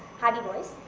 hardy boys.